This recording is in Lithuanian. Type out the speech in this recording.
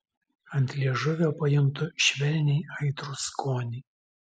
ant liežuvio pajuntu švelniai aitrų skonį